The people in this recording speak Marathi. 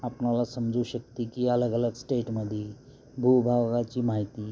आपणाला समजू शकते की अलगअलग स्टेटमधील भूभागाची माहिती